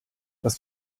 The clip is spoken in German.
das